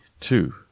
two